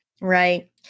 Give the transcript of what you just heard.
Right